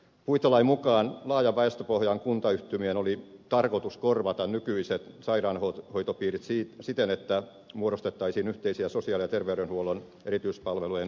puitelain mukaan laajan väestöpohjan kuntayhtymien oli tarkoitus korvata nykyiset sairaanhoitopiirit siten että muodostettaisiin yhteisiä sosiaali ja terveydenhuollon erityispalvelujen kuntayhtymiä